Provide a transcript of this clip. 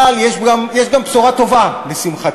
אבל יש גם בשורה טובה, לשמחתי: